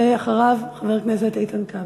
ואחריו, חבר הכנסת איתן כבל.